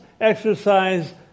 exercise